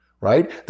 right